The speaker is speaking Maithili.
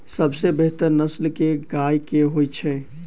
सबसँ बेहतर नस्ल केँ गाय केँ होइ छै?